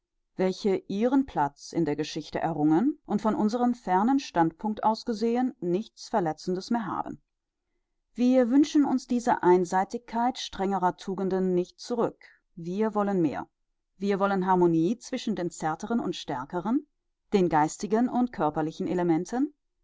welche ihren platz in der geschichte errungen und von unserem fernen standpunkt aus gesehen nichts verletzendes mehr haben wir wünschen diese einseitigkeit strengerer tugenden nicht zurück wir wollen mehr wollen harmonie zwischen den zärteren und stärkeren den geistigen und körperlichen elementen